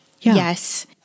Yes